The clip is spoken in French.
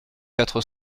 quatre